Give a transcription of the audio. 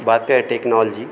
बातें है टेक्नॉलजी